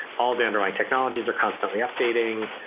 all the underlying technologies are constantly updating.